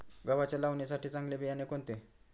गव्हाच्या लावणीसाठी चांगले बियाणे कोणते?